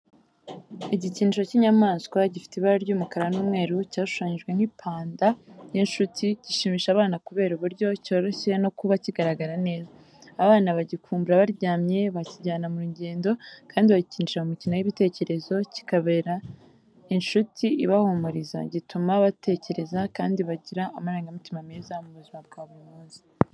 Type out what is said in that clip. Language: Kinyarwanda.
Igikinisho cy'inyamaswa gifite ibara ry'umukara n'umweru, cyashushanyijwe nk'ipanda y’inshuti, gishimisha abana kubera uburyo cyoroshye no kuba kigaragara neza. Abana bagikumbura baryamye, bakijyana mu rugendo, kandi bagikinisha mu mikino y’ibitekerezo. Kibabera inshuti ibahumuriza, gituma batekereza kandi bagira amarangamutima meza mu buzima bwa buri munsi.